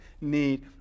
need